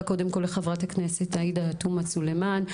קודם כל לח"כית עאידה תומא סלימאן.